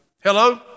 Hello